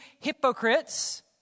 hypocrites